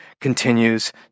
continues